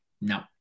No